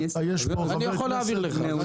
אני יכול להעביר לך.